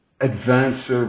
advanced